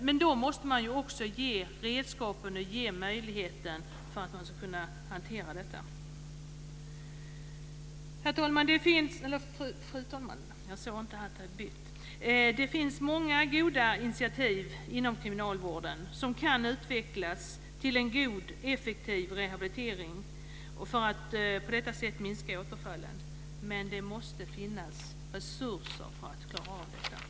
Men då måste man också ge redskapen och ge möjligheten att hantera detta. Fru talman! Det finns många goda initiativ inom kriminalvården som kan utvecklas till en god, effektiv rehabilitering för att på detta sätt minska återfallen. Men det måste finnas resurser för att klara av det.